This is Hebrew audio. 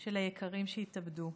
של היקרים שהתאבדו",